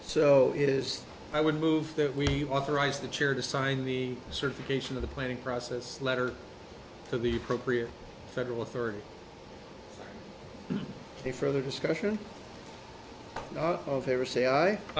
so it is i would move that we authorize the chair to sign the certification of the planning process letter to the appropriate federal authority they further discussion of favor s